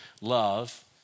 love